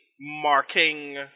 marking